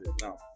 Now